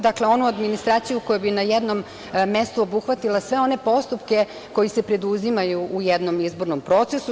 Dakle, onu administraciju koja bi na jednom mestu obuhvatala sve one postupke koji se preduzimaju u jednom izbornom procesu.